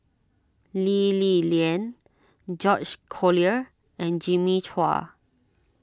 Lee Li Lian George Collyer and Jimmy Chua